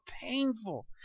painful